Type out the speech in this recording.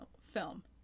film